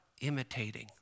imitating